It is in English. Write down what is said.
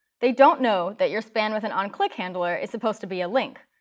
they don't know that your span with an onclick handler is supposed to be a link.